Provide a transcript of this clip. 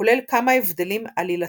כולל כמה הבדלים עלילתיים.